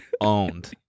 owned